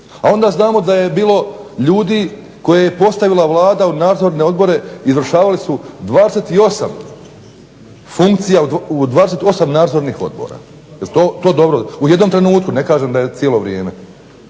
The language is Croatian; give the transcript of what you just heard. A onda znamo da je bilo ljudi koje je postavila Vlada u nadzorne odbore, izvršavali su 28 funkcija u 28 nadzornih odbora. Jel' to dobro? U jednom trenutku, ne kažem da je cijelo vrijeme.